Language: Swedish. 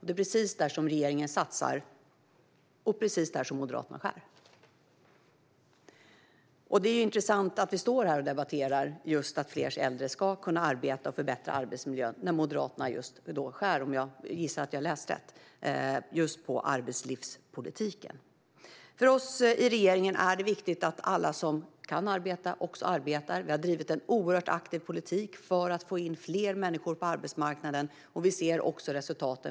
Det är precis där som regeringen satsar och precis där som Moderaterna skär. Det är intressant att vi står här och debatterar just att fler äldre ska kunna arbeta och att vi måste förbättra arbetsmiljön när Moderaterna skär - jag gissar att jag har läst rätt - just i arbetslivspolitiken. För regeringen är det viktigt att alla som kan arbeta också arbetar. Vi har drivit en oerhört aktiv politik för att få in fler människor på arbetsmarknaden. Och vi ser resultat.